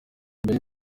mbere